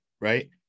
right